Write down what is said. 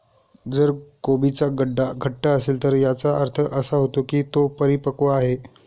जर कोबीचा गड्डा घट्ट असेल तर याचा अर्थ असा होतो की तो परिपक्व आहे